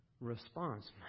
response